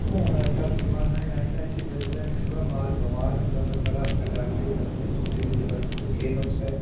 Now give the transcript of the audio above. हून अजकल्ल जमान्ना एह् आई दा जे जिसलै बी थोह्ड़ा माल बमार होंदा तां फटाफट डाक्टरै गी दस्सने उस्सी दे जे भाई इस्सी केह् नुक्स ऐ